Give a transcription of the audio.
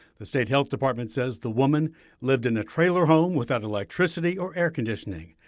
the state health department says the woman lived in a trailer home without electricity or air conditioning.